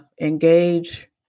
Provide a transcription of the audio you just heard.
engage